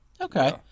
Okay